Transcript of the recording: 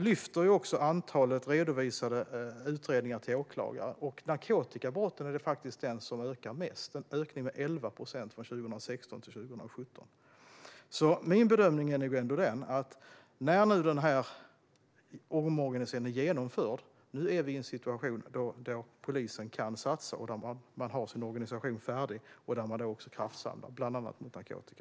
Nu ökar antalet redovisade utredningar till åklagare. Utredningar om narkotikabrott är det som ökar mest; vi ser en ökning med 11 procent från 2016 till 2017. Min bedömning är nog ändå den att när omorganisationen är genomförd är vi i en situation där polisen kan satsa, där man har sin organisation färdig och där man kraftsamlar, bland annat mot narkotika.